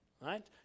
right